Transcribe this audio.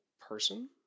person